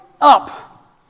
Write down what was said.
up